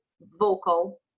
vocal